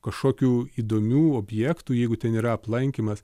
kažkokių įdomių objektų jeigu ten yra aplankymas